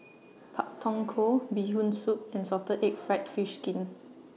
Pak Thong Ko Bee Hoon Soup and Salted Egg Fried Fish Skin